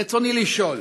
רצוני לשאול: